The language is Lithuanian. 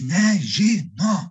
ne ži no